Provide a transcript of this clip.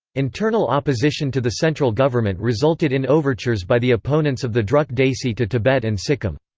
internal opposition to the central government resulted in overtures by the opponents of the druk desi to tibet and sikkim.